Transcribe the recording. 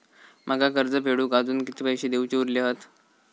माका कर्ज फेडूक आजुन किती पैशे देऊचे उरले हत?